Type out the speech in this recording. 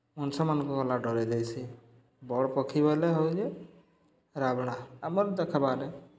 ମୁନୁଷମାନ୍କୁ ଗଲା ଡରେଇ ଦେସି ବଡ଼୍ ପକ୍ଷୀ ବଲେ ହଉଛେ ରାବ୍ଣା ଆମର୍ ଦେଖ୍ବାରେ